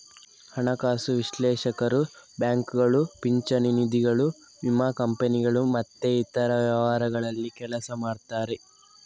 ಹಣಕಾಸು ವಿಶ್ಲೇಷಕರು ಬ್ಯಾಂಕುಗಳು, ಪಿಂಚಣಿ ನಿಧಿಗಳು, ವಿಮಾ ಕಂಪನಿಗಳು ಮತ್ತೆ ಇತರ ವ್ಯವಹಾರಗಳಲ್ಲಿ ಕೆಲಸ ಮಾಡ್ತಾರೆ